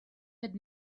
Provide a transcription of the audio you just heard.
had